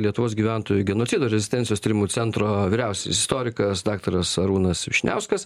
lietuvos gyventojų genocido ir rezistencijos tyrimų centro vyriausiasis istorikas daktaras arūnas vyšniauskas